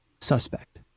suspect